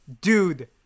dude